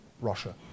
Russia